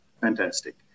Fantastic